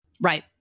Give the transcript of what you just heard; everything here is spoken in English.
right